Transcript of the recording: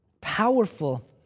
powerful